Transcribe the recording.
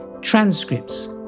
transcripts